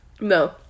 No